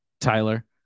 Tyler